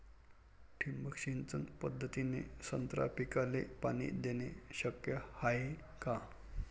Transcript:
ठिबक सिंचन पद्धतीने संत्रा पिकाले पाणी देणे शक्य हाये का?